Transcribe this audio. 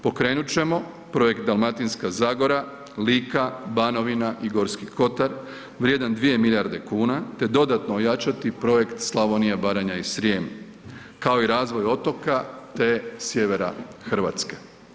Pokrenut ćemo projekt Dalmatinska zagora, Lika, Banovina i Gorski kotar vrijedan 2 milijarde kuna te dodatno ojačati projekt Slavonija, Baranja i Srijem, kao i razvoj otoka te sjevera Hrvatske.